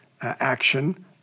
action